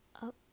up